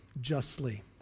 justly